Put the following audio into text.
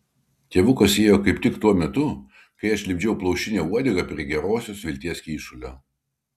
tėvukas įėjo kaip tik tuo metu kai aš lipdžiau plaušinę uodegą prie gerosios vilties kyšulio